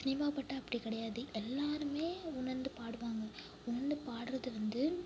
cinema பாட்டு அப்படி கிடையாது எல்லோருமே உணர்ந்து பாடுவாங்க உணர்ந்து பாடுறது வந்து